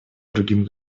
другим